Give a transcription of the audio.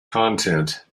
content